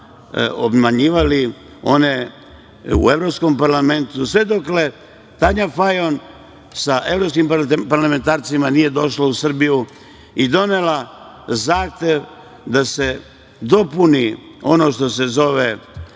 obmanjivali one u Evropskom parlamentu. Sve dok Tanja Fajon sa evropskim parlamentarcima nije došla u Srbiju i donela zahtev da se dopuni ono što se zove